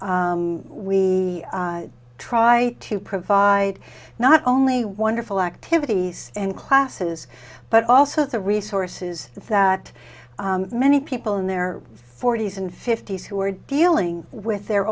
we try to provide not only wonderful activities and classes but also the resources that many people in their forty's and fifty's who are dealing with their